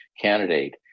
candidate